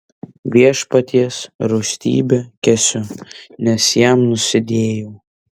viešpaties rūstybę kęsiu nes jam nusidėjau